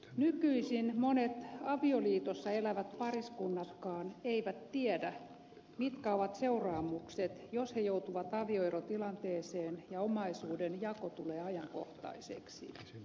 nykyisin monet avioliitossa elävät pariskunnatkaan eivät tiedä mitkä ovat seuraamukset jos he joutuvat avioerotilanteeseen ja omaisuuden jako tulee ajankohtaiseksi